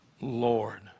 Lord